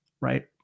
right